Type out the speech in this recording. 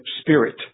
SPIRIT